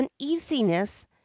uneasiness